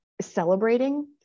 celebrating